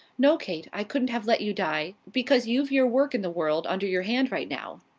no, kate, i couldn't have let you die because you've your work in the world under your hand right now.